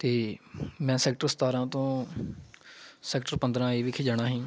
ਅਤੇ ਮੈਂ ਸੈਕਟਰ ਸਤਾਰਾਂ ਤੋਂ ਸੈਕਟਰ ਪੰਦਰਾਂ ਏ ਵਿਖੇ ਜਾਣਾ ਸੀ